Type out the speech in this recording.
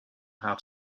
how